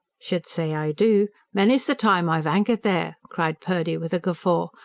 should say i do! many's the time i've anchored there, cried purdy with a guffaw.